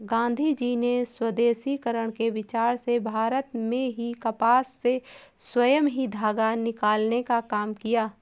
गाँधीजी ने स्वदेशीकरण के विचार से भारत में ही कपास से स्वयं ही धागा निकालने का काम किया